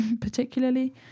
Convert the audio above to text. particularly